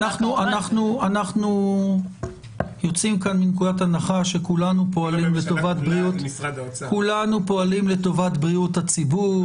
אנחנו יוצאים כאן מנקודת הנחה שכולנו פועלים לטובת בריאות הציבור.